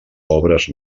obres